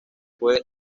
fue